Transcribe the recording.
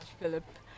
Philip